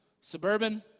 Suburban